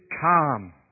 calm